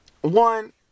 one